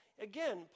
again